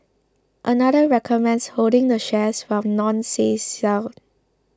another recommends holding the shares while none says sell